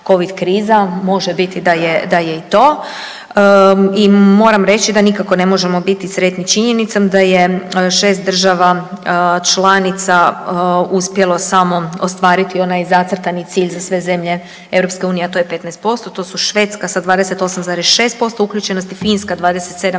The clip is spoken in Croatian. covid kriza, može biti da je i to. I moram reći da nikako ne možemo biti sretni činjenicom da je šest država članica uspjelo samo ostvariti onaj zacrtani cilj za sve zemlje EU, a to je 15% to su Švedska sa 28,6% uključenosti, Finska 27,3,